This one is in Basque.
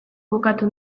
bukatu